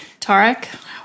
Tarek